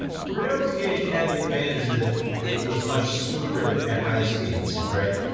brunel's gauge had the advantage that it it was much smoother at high speeds, right.